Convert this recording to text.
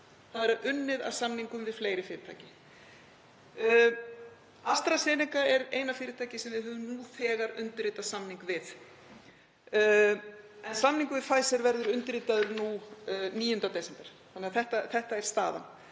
Það er unnið að samningum við fleiri fyrirtæki. AstraZeneca er eina fyrirtækið sem við höfum nú þegar undirritað samning við og samningur við Pfizer verður undirritaður 9. desember. Þetta er staðan.